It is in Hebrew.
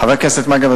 חבר הכנסת מקלב,